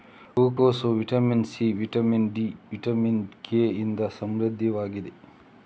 ಹೂಕೋಸು vitamin C, vitamin D, vitamin K ಇಂದ ಸಮೃದ್ಧವಾಗಿದೆ